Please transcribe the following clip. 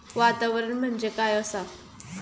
वातावरण म्हणजे काय असा?